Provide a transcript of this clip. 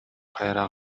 кайра